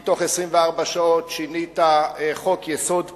כי בתוך 24 שעות שינית חוק-יסוד פה,